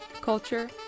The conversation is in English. culture